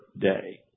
day